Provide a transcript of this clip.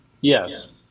Yes